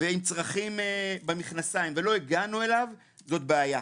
ועם צרכים במכנסיים ולא הגענו אליו, זאת בעיה.